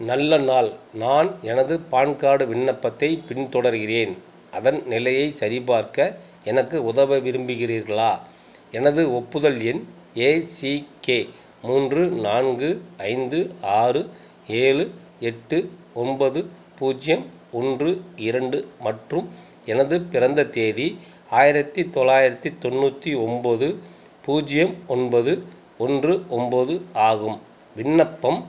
நல்ல நாள் நான் எனது பான் கார்டு விண்ணப்பத்தைப் பின்தொடர்கிறேன் அதன் நிலையை சரிபார்க்க எனக்கு உதவ விரும்புகிறீர்களா எனது ஒப்புதல் எண் ஏசிகே மூன்று நான்கு ஐந்து ஆறு ஏழு எட்டு ஒன்பது பூஜ்ஜியம் ஒன்று இரண்டு மற்றும் எனது பிறந்த தேதி ஆயிரத்தி தொள்ளாயிரத்தி தொண்ணூற்றி ஒன்போது பூஜ்ஜியம் ஒன்பது ஒன்று ஒன்பது ஆகும் விண்ணப்பம்